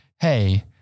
Hey